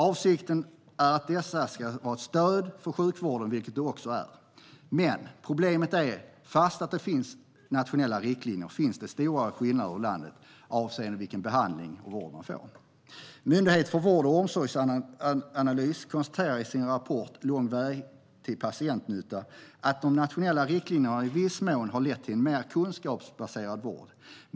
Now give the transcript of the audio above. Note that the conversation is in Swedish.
Avsikten är att dessa ska vara ett stöd för sjukvården, vilket de också är. Men problemet är att det finns stora skillnader över landet avseende vilken behandling och vård man får, trots att det finns nationella riktlinjer. Myndigheten för vård och omsorgsanalys konstaterar i sin rapport Lång väg till patientnytta att de nationella riktlinjerna i viss mån har lett till mer kunskapsbaserad vård.